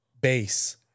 base